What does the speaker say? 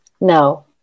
No